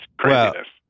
craziness